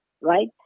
right